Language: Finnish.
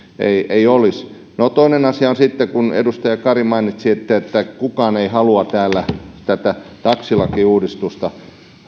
ei olisi toinen asia on sitten kun edustaja kari mainitsi että kukaan ei halua täällä tätä taksilakiuudistusta